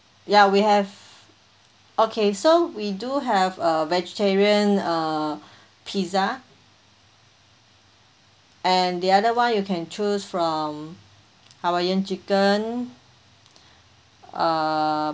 ya we have okay so we do have a vegetarian uh pizza and the other [one] you can choose from hawaiian chicken uh